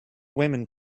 women